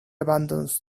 abandons